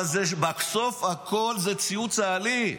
אבל בסוף הכול ציוד צה"לי.